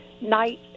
night